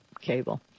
cable